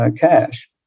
cash